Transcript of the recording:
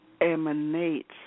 emanates